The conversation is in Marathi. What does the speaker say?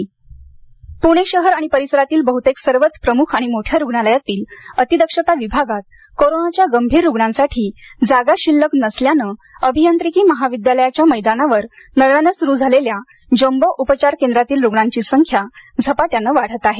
जम्बो रुग्णालय पुणे शहर आणि परिसरातील बहुतेक सर्वच प्रमुख आणि मोठ्या रुग्णालयातील अतिदक्षता विभागात कोरोनाच्या गंभीर रुग्णांसाठी जागा शिल्लक नसल्यानं अभियांत्रिकी महाविद्यालयाच्या मैदानावर नव्यानं सुरु झालेल्या जम्बो उपचार केंद्रातील रुग्णांची संख्या झपाट्यानं वाढत आहे